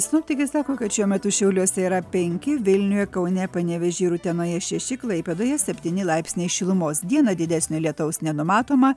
sinoptikai sako kad šiuo metu šiauliuose yra penki vilniuje kaune panevėžyje utenoje šeši klaipėdoje septyni laipsniai šilumos dieną didesnio lietaus nenumatoma